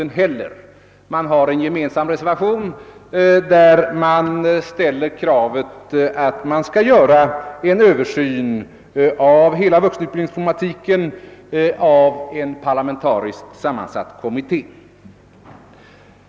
Man har avgivit en gemensam reservation, i vilken man ställer kravet att en översyn skall ske av hela vuxenutbildningsproblematiken genom en parlamentariskt sammansatt kommitté.